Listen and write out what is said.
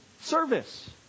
service